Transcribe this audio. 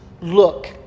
Look